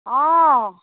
অঁ